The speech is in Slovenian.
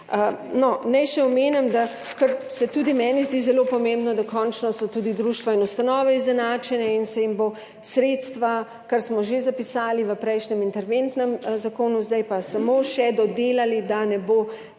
Naj še omenim, da, kar se tudi meni zdi zelo pomembno, da končno so tudi društva in ustanove izenačene in se jim bo sredstva, kar smo že zapisali v prejšnjem interventnem zakonu, zdaj pa samo še dodelali, da ne bo